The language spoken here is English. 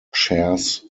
shares